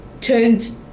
turned